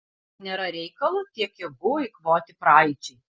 nėra reikalo tiek jėgų eikvoti praeičiai